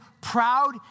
proud